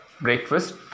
breakfast